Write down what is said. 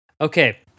Okay